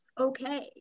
okay